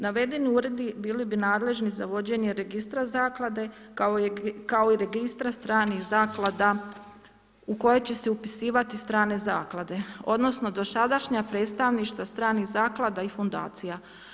Navedeni uredi bili bi nadležni za vođenje registra zaklade kao i registra stranih zaklada u koje će se upisivati strane zaklade odnosno dosadašnja predstavništva stranih zaklada i fundacija.